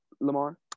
Lamar